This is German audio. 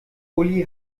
uli